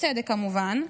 בצדק כמובן,